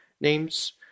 names